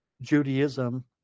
Judaism